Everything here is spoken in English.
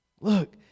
Look